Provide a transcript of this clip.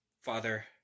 Father